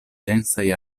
densaj